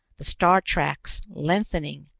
the star-tracks lengthening,